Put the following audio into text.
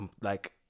like-